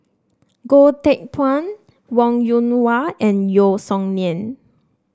Goh Teck Phuan Wong Yoon Wah and Yeo Song Nian